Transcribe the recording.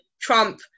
Trump